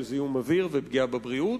של זיהום אוויר ופגיעה בבריאות.